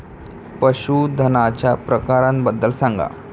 पशूधनाच्या प्रकारांबद्दल सांगा